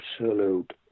absolute